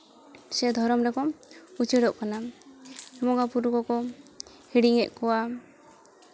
ᱥᱮ ᱫᱷᱚᱨᱚᱢ ᱨᱮᱠᱚ ᱩᱪᱟᱹᱲᱚᱜ ᱠᱟᱱᱟ ᱵᱚᱸᱜᱟᱼᱵᱳᱨᱳ ᱠᱚᱠᱚ ᱦᱤᱲᱤᱧᱮᱜ ᱠᱚᱣᱟ